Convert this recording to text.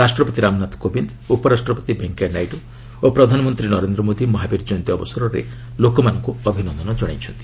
ରାଷ୍ଟ୍ରପତି ରାମନାଥ କୋବିନ୍ଦ ଉପରାଷ୍ଟ୍ରପତି ଭେଙ୍କୟା ନାଇଡ଼ ଓ ପ୍ରଧାନମନ୍ତ୍ରୀ ନରେନ୍ଦ୍ର ମୋଦି ମହାବୀର ଜୟନ୍ତୀ ଅବସରରେ ଲୋକମାନଙ୍କୁ ଅଭିନନ୍ଦନ ଜଣାଇଛନ୍ତି